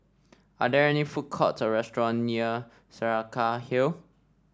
are there any food courts or restaurant near Saraca Hill